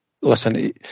listen